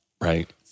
Right